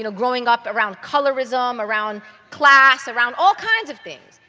you know growing up around colorism. around class. around all kinds of things.